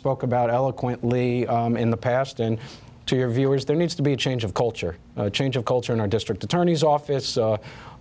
spoke about eloquently in the past and to your viewers there needs to be a change of culture change of culture in our district attorney's office